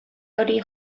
hori